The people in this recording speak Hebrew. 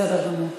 בסדר גמור.